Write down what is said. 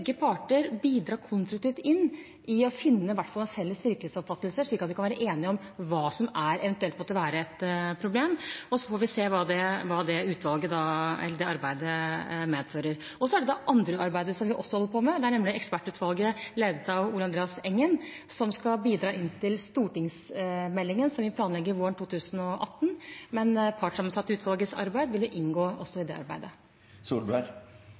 parter bidrar konstruktivt for å finne en felles virkelighetsoppfatning, slik at man kan være enig om hva som eventuelt måtte være et problem. Og så får vi se hva det arbeidet medfører. Så er det det andre arbeidet vi også holder på med, nemlig ekspertutvalget ledet av Ole Andreas Engen, som skal bidra til stortingsmeldingen vi planlegger våren 2018. Det partssammensatte utvalgets arbeid vil inngå også i det arbeidet.